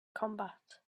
combat